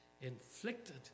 inflicted